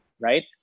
right